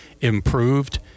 improved